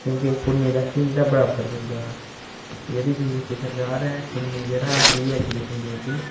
क्योंकि कुड़ियें जगतें ई जेह्ड़ा बराबर दर्जा जेह्ड़ी बी जे पी सरकार ऐ कुड़ियें ई जेह्ड़ा फ्री एजुकेशन देआ करदी